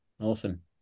awesome